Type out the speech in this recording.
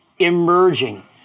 Emerging